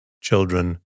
children